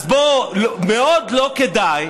אז בוא, מאוד לא כדאי,